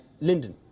Linden